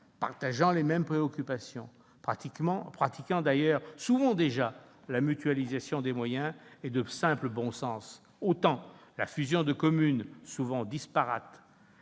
partageant les mêmes préoccupations et pratiquant déjà souvent la mutualisation des moyens, est de simple bon sens, autant la fusion de communes souvent disparates